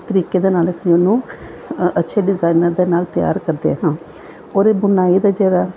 ਤਰੀਕੇ ਦੇ ਨਾਲ ਅਸੀਂ ਉਹਨੂੰ ਅੱਛੇ ਡਿਜ਼ਾਇਨਰ ਦੇ ਨਾਲ ਤਿਆਰ ਕਰਦੇ ਹਾਂ ਔਰ ਇਹ ਬੁਣਾਈ ਦੇ ਜਿਹੜਾ